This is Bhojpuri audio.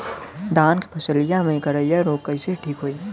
धान क फसलिया मे करईया रोग कईसे ठीक होई?